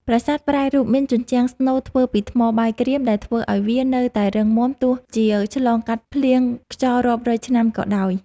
ប្រាសាទប្រែរូបមានជញ្ជាំងស្នូលធ្វើពីថ្មបាយក្រៀមដែលធ្វើឱ្យវានៅតែរឹងមាំទោះជាឆ្លងកាត់ភ្លៀងខ្យល់រាប់រយឆ្នាំក៏ដោយ។